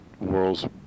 world's